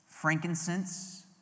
frankincense